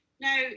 now